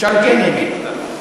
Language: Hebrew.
תשאל אותי, אני אגיד.